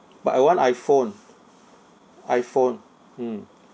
but I want iphone iphone mm